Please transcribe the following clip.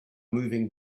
moving